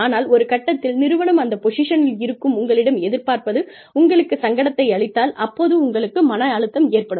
ஆனால் ஒரு கட்டத்தில் நிறுவனம் அந்த பொசிஷனில் இருக்கும் உங்களிடம் எதிர்பார்ப்பது உங்களுக்கு சங்கடத்தை அளித்தால் அப்போது உங்களுக்கு மன அழுத்தம் ஏற்படும்